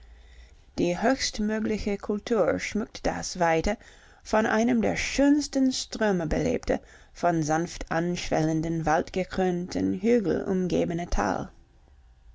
die höchstmögliche kultur schmückt das weite von einem der schönsten sröme belebte von sanft anschwellenden waldgekrönten hügeln umgebene tal